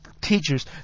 teachers